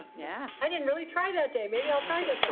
yeah i didn't really try that day. maybe i'll try this